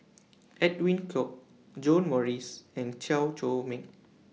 Edwin Koek John Morrice and Chew Chor Meng